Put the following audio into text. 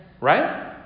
Right